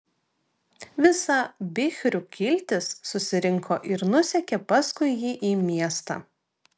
visa bichrių kiltis susirinko ir nusekė paskui jį į miestą